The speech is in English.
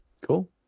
Cool